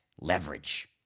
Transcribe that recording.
leverage